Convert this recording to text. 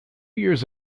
years